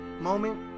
moment